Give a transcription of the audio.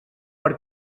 per